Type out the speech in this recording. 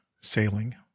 sailing